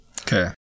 Okay